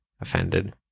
offended